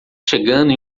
chegando